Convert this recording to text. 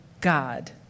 God